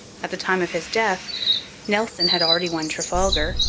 at the time of his death nelson had already won trafalgar,